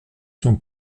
son